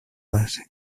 base